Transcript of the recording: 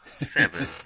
Seven